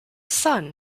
son